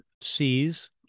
sees